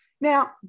now